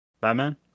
Batman